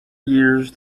years